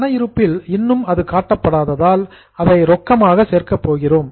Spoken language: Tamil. பண இருப்பில் இன்னும் அது காட்டப்படாததால் அதை ரொக்கமாக சேர்க்கப் போகிறோம்